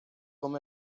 com